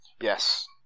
Yes